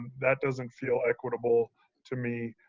that doesn't feel equitable to me.